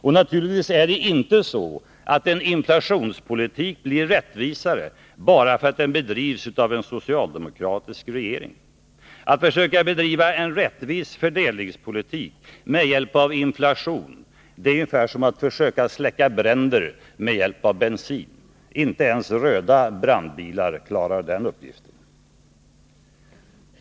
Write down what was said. Och naturligtvis är det inte så, att en inflationspolitik blir rättvisare bara därför att den bedrivs av en socialdemokratisk regering. Att försöka bedriva en rättvis fördelningspolitik med hjälp av inflation är ungefär som att släcka bränder med hjälp av bensin. Inte ens röda brandbilar klarar den uppgiften.